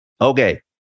Okay